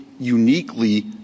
uniquely